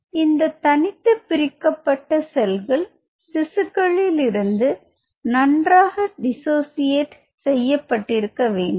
இந்த தனித்துப் பிரிக்கப்பட்ட செல்கள் திசுக்களில் இருந்து நன்றாக டிஸ்ஸோசியேட் செய்யப்பட்டிருக்க வேண்டும்